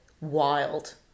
wild